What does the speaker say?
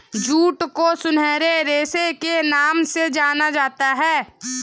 jute को सुनहरे रेशे के नाम से जाना जाता है